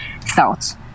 thoughts